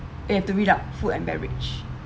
you have to read out food and beverage